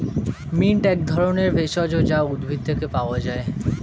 mint এক ধরনের ভেষজ যা উদ্ভিদ থেকে পাওয় যায়